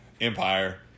Empire